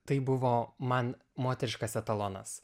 tai buvo man moteriškas etalonas